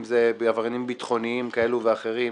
אם זה עבריינים ביטחוניים כאלה ואחרים,